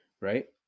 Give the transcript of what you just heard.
Right